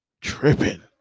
tripping